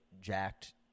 jacked